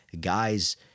guys